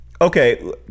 Okay